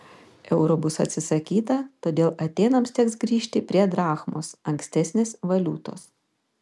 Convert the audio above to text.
euro bus atsisakyta todėl atėnams teks grįžti prie drachmos ankstesnės valiutos